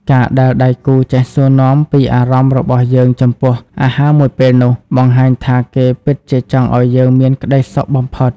ការដែលដៃគូចេះសួរនាំពីអារម្មណ៍របស់យើងចំពោះអាហារមួយពេលនោះ បង្ហាញថាគេពិតជាចង់ឱ្យយើងមានក្ដីសុខបំផុត។